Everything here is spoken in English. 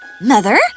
Mother